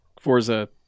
Forza